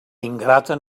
ingrata